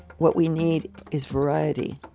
what we need is variety.